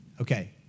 Okay